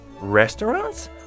Restaurants